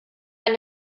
eine